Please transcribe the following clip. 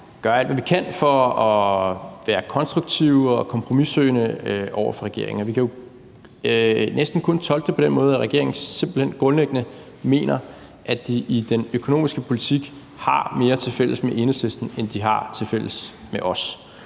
gjort alt, hvad vi kan for at være konstruktive og kompromissøgende over for regeringen. Vi kan næsten kun tolke det på den måde, at regeringen simpelt hen grundlæggende mener, at de i den økonomiske politik har mere tilfælles med Enhedslisten, end de har tilfælles med os.